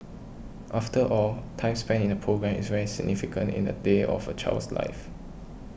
after all time spent in a programme is very significant in a day of a child's life